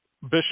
Bishop